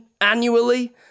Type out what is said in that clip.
annually